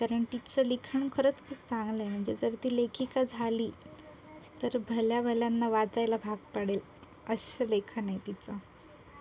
कारण तिचं लिखाण खरंच खूप चांगलं आहे म्हणजे जर ती खरंच लेखिका झाली तर भल्याभल्याना वाचायला भाग पाडेल असं लेखन आहे तिचं